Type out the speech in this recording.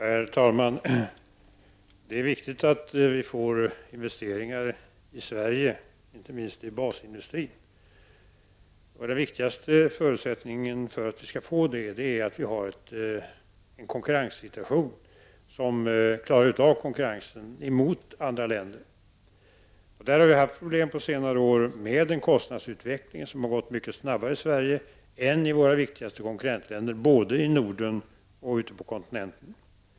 Herr talman! Det är viktigt att vi får investeringar i Sverige, inte minst i basindustrin. Den viktigaste förutsättningen för detta är att det finns en konkurrenssituation där vi står emot konkurrensen från andra länder. Vi har under senare år haft problem med en kostnadsutveckling som varit mycket snabbare i Sverige än den i våra viktigaste konkurrentländer både i Norden och på kontinenten.